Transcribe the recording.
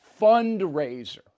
fundraiser